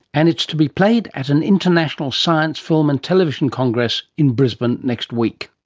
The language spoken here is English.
and it is to be played at an international science film and television congress in brisbane next week.